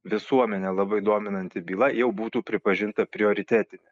visuomenę labai dominanti byla jau būtų pripažinta prioritetine